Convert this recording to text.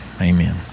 Amen